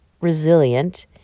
resilient